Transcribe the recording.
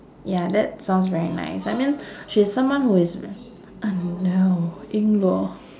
ya that sounds very nice I mean she's someone who is oh no ying luo